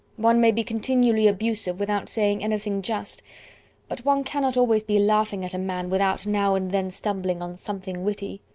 one may be continually abusive without saying anything just but one cannot always be laughing at a man without now and then stumbling on something witty.